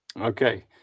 Okay